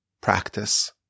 practice